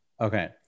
Okay